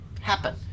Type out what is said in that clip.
happen